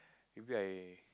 maybe I